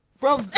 Bro